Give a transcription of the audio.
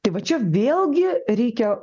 tai va čia vėlgi reikia